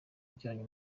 bijyanye